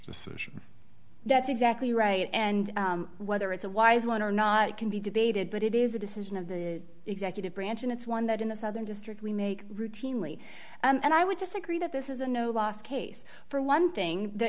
session that's exactly right and whether it's a wise one or not it can be debated but it is a decision of the executive branch and it's one that in the southern district we make routinely and i would disagree that this is a no last case for one thing the